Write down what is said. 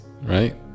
Right